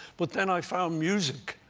but then i found music.